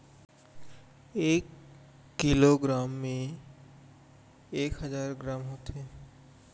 एक kilogram मा एक हजार ग्राम होथे